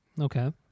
Okay